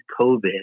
COVID